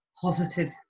positive